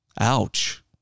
Ouch